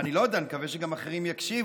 אני לא יודע, אני מקווה שגם אחרים יקשיבו.